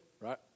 Right